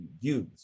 use